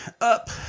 up